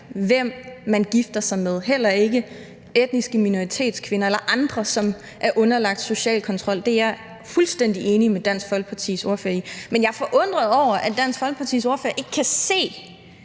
hvem man skal gifte sig med, heller ikke over for etniske minoritetskvinder eller andre, som er underlagt social kontrol. Det er jeg fuldstændig enig med Dansk Folkepartis ordfører i. Men jeg er forundret over, at Dansk Folkepartis ordfører ikke kan se,